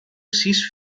sis